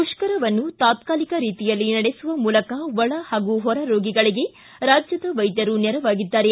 ಮುಷ್ತರವನ್ನು ತಾತ್ಕಾಲಿಕ ರೀತಿಯಲ್ಲಿ ನಡೆಸುವ ಮೂಲಕ ಒಳ ಹಾಗೂ ಹೊರರೋಗಿಗಳಿಗೆ ರಾಜ್ಯದ ವೈದ್ಯರು ನೆರವಾಗಿದ್ದಾರೆ